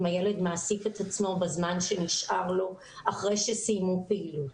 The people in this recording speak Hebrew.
הילד מעסיק את עצמו בזמן שנשאר לו אחרי שסיימו פעילות,